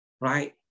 Right